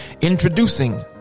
introducing